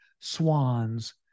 swans